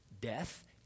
Death